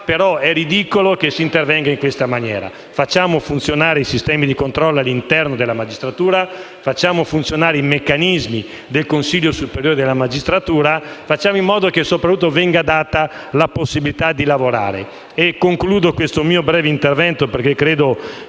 però è ridicolo che si intervenga in questa maniera. Facciamo funzionare i sistemi di controllo all'interno della magistratura, facciamo funzionare i meccanismi del Consiglio superiore della magistratura e soprattutto facciamo in modo che venga data la possibilità di lavorare. Concludo questo mio breve intervento - perché credo